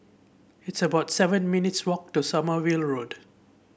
it's about seven minutes' walk to Sommerville Road